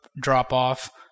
drop-off